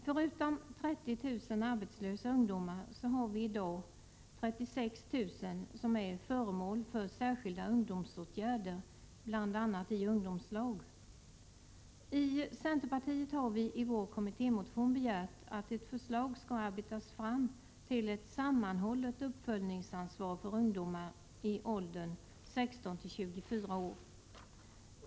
Förutom 30 000 arbetslösa ungdomar i dag har vi 36 000 som är föremål för särskilda ungdomsåtgärder, bl.a. i ungdomslag. Vi i centerpartiet har i en kommittémotion begärt att ett förslag skall arbetas fram till ett sammanhållet uppföljningsansvar för ungdomar i åldern 16-24 år.